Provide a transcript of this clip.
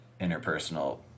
interpersonal